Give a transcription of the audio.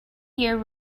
year